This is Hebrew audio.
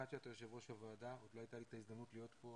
אחד שאתה יו"ר הוועדה ועוד לא הייתה לי ההזדמנות להיות פה,